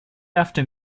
after